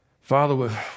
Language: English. Father